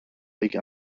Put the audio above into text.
league